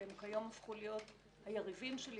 כי הם כיום הפכו להיות היריבים שלי,